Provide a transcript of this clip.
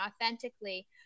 authentically